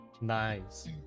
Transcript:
nice